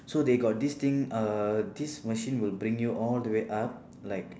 so they got this thing uh this machine will bring you all the way up like